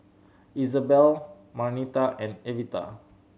Izabelle Marnita and Evita